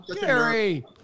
Gary